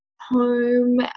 home